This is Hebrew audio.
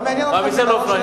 מעמיסים על האופנוענים?